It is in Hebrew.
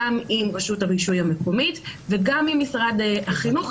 גם עם רשות הרישוי המקומית וגם עם משרד החינוך,